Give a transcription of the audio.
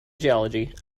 geology